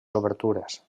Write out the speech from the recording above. obertures